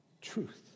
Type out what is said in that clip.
truth